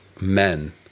men